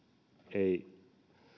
ei